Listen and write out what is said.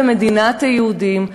במדינת היהודים,